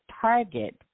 target